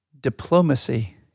diplomacy